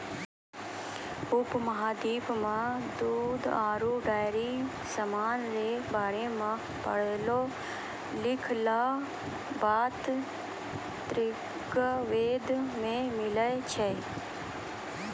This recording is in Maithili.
उपमहाद्वीप मे दूध आरु डेयरी समान रो बारे मे पढ़लो लिखलहा बात ऋग्वेद मे मिलै छै